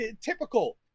Typical